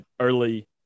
early